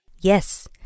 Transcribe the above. Yes